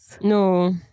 No